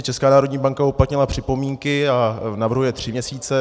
Česká národní banka uplatnila připomínky a navrhuje tři měsíce.